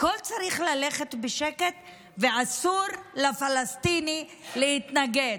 הכול צריך ללכת בשקט, ואסור לפלסטיני להתנגד,